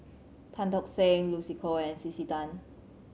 Tan Tock Seng Lucy Koh and C C Tan